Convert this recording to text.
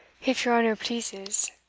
if your honour pleases,